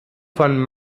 von